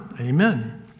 Amen